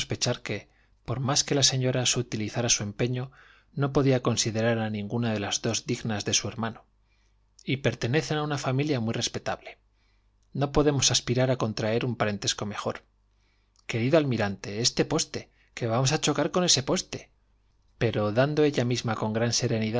que por más que la señora sutilizara su empeño no podía considerar a ninguna de las dos dignas de su hermano y pertenecen a una familia muy respetable no podemos aspirar a contraer un parentesco mejor querido almirante ese poste i que vamos a chocar con ese poste pero dando ella misma con gran